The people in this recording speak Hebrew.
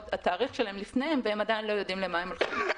שתאריך החתונה שלהם עוד לפניהם והם עדיין לא יודעים למה הם הולכים.